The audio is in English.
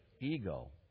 Ego